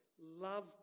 love